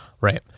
Right